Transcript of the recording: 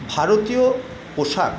ভারতীয় পোশাক